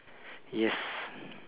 yes